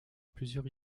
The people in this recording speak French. plusieurs